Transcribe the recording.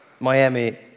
Miami